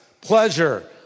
pleasure